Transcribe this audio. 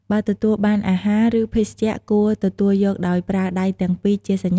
បើទទួលបានអាហារ ឬភេសជ្ជៈ គួរទទួលយកដោយប្រើដៃទាំងពីរជាសញ្ញានៃការដឹងគុណ។